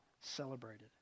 celebrated